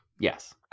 Yes